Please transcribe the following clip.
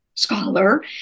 Scholar